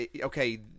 okay